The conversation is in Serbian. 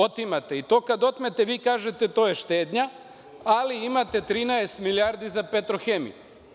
Otimate i to kad otmete vi kažete – to je štednja, ali imate 13 milijardi za „Petrohemiju“